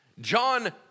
John